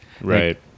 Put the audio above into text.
Right